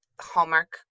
hallmark